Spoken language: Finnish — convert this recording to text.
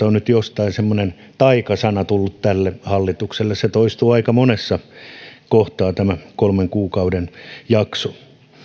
on nyt jostain tullut semmoinen taikasana tälle hallitukselle aika monessa kohtaa toistuu tämä kolmen kuukauden jakso